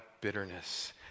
bitterness